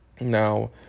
Now